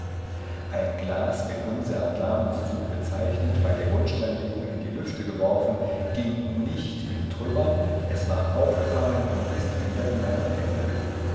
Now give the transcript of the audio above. ein glas mit unserm namenszug bezeichnet bei der grundsteinlegung in die lüfte geworfen ging nicht zu trümmern es ward aufgefangen und ist wieder in meinen händen